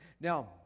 Now